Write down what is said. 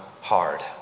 hard